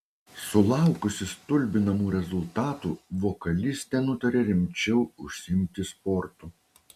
sulaukusi stulbinamų rezultatų vokalistė nutarė rimčiau užsiimti sportu